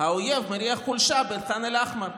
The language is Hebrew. "האויב מריח חולשה בח'אן אל-אחמר,